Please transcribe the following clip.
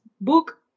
book